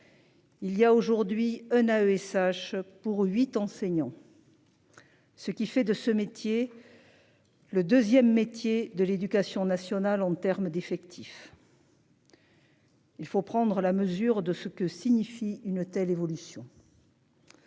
Il y a aujourd'hui un AESH pour enseignants.-- Ce qui fait de ce métier. Le 2ème métier de l'éducation nationale en terme d'effectifs.-- Il faut prendre la mesure de ce que signifie une telle évolution.